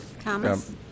Thomas